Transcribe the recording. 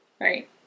right